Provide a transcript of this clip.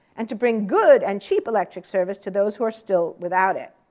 and to bring good and cheap electric service to those who are still without it.